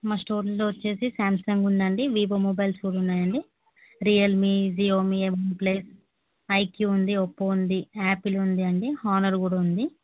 మా స్టోర్లో వచ్చేసి శాంసంగ్ ఉందండి వివో మొబైల్స్ కూడా ఉన్నాయండి Realme Jio OnePlus I Q ఉంది ఒప్పో ఉంది యాపిల్ ఉంది అండి హానర్ కూడా ఉంది